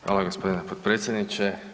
Hvala gospodine potpredsjedniče.